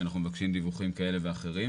כשאנחנו מבקשים דיווחים כאלה ואחרים.